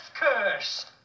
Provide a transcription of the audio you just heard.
curse